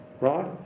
Right